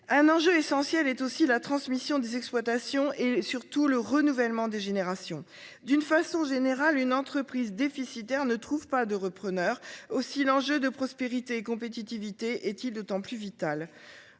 Un enjeu essentiel est aussi la transmission des exploitations et surtout le renouvellement des générations. D'une façon générale, une entreprise déficitaire ne trouve pas de repreneur. Aussi l'enjeu de prospérité compétitivité est-il d'autant plus vital.